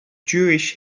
jewish